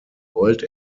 gold